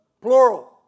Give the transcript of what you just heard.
Plural